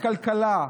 הכלכלה,